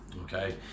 okay